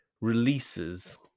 releases